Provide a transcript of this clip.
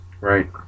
Right